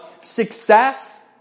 success